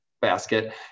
Basket